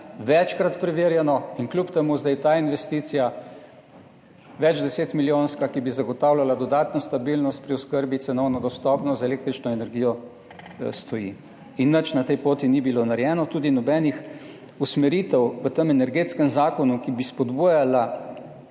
večkrat preverjeno, in kljub temu zdaj ta investicija, večdesetmilijonska, ki bi zagotavljala dodatno stabilnost pri oskrbi, cenovno dostopnost, z električno energijo stoji. Nič na tej poti ni bilo narejeno, tudi nobenih usmeritev v tem energetskem zakonu, ki bi spodbujale